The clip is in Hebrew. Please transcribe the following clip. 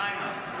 אוקראינה.